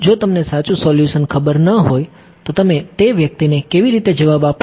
જો તમને સાચુ સોલ્યુશન ખબર ન હોય તો તમે તે વ્યક્તિને કેવી રીતે જવાબ આપશો